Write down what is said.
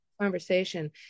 conversation